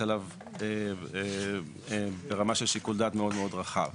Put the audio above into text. עליו ברמה של שיקול דעת מאוד מאוד רחב.